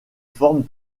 formes